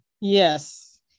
Yes